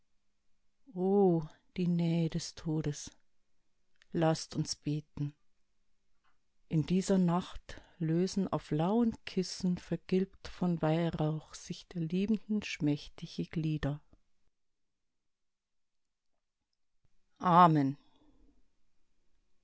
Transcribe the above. die nähe des todes laß uns beten in dieser nacht lösen auf lauen kissen vergilbt von weihrauch sich der liebenden schmächtige glieder amen